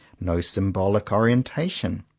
no symbolic orienta tion.